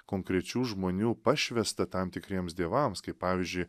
konkrečių žmonių pašvęsta tam tikriems dievams kaip pavyzdžiui